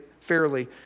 fairly